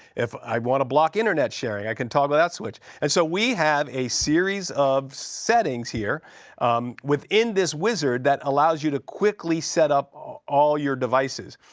if i want to block internet sharing, i can toggle that switch. and so, we have a series of settings here within this wizard that allows you to quickly set up ah all of your devices.